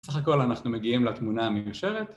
‫בסך הכול אנחנו מגיעים לתמונה המיושרת.